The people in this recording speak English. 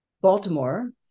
Baltimore